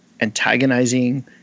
antagonizing